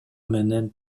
менен